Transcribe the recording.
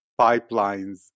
pipelines